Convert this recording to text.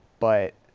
but,